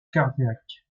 cardiaque